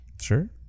Sure